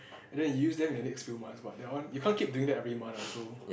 and then you use that in them in next few months but that one you can't keep doing that every month lah so